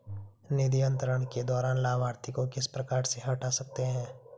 निधि अंतरण के दौरान लाभार्थी को किस प्रकार से हटा सकते हैं?